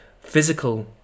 physical